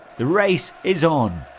the race is on.